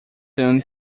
soon